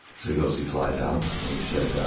so he goes, he flies out and he said,